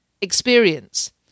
experience